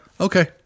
Okay